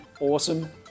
awesome